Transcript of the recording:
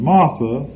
Martha